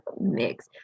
mix